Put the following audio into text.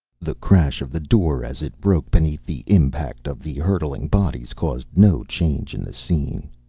the crash of the door as it broke beneath the impact of the hurtling bodies caused no change in the scene.